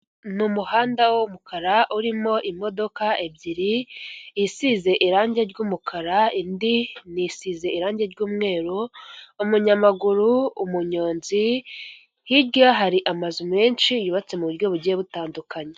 Ni umuhanda w'umukara urimo imodoka ebyiri isize irangi ry'umukara, indi nisize irangi ry'umweru umunyamaguru, umunyonzi hirya hari amazu menshi yubatse mu buryo bugiye butandukanye.